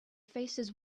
faces